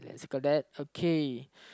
it's got that okay